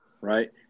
right